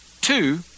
Two